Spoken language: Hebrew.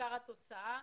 העיקר התוצאה.